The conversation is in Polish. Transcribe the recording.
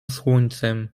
słońcem